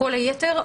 כל היתר,